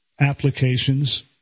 applications